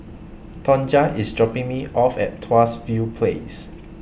Tonja IS dropping Me off At Tuas View Place